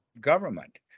government